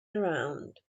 around